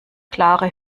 klare